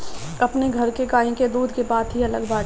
अपनी घर के गाई के दूध के बात ही अलग बाटे